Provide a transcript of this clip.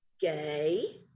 gay